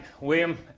William